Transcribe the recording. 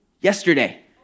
Yesterday